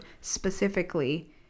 specifically